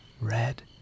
red